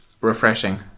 refreshing